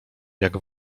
jak